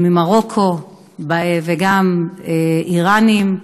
ילדים ממרוקו וגם איראנים,